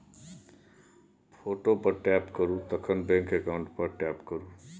photo पर tap करु तखन बैंक अकाउंट पर टैप करु